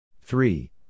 Three